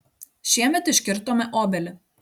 šiemet iškirtome obelį